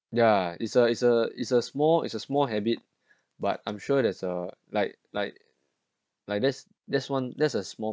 ya is a is a is a small is a small habit but I'm sure there's a like like like there's there's one there's a small